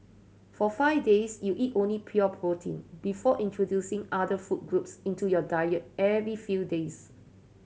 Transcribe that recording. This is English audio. for five days you eat only pure protein before introducing other food groups into your diet every few days